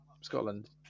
Scotland